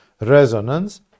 resonance